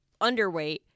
underweight